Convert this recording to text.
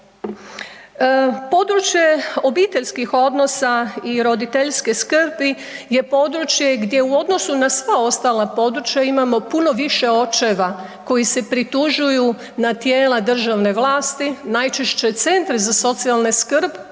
Područje obiteljskih odnosa i roditeljske skrbi je područje gdje u odnosu na sva ostala područja imamo puno više očeva koji se pritužuju na tijela državne vlasti, najčešće centri za socijalnu skrb